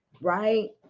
right